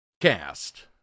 cast